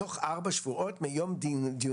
4. הוועדה דורשת שבתוך ארבעה שבועות מיום דיון